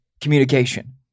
communication